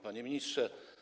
Panie Ministrze!